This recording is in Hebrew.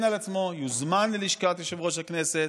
על עצמו יוזמן ללשכת יושב-ראש הכנסת